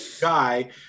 guy